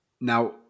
now